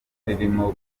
ririmo